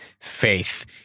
faith